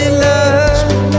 love